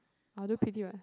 I'll do p_t what